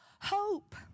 hope